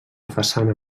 façana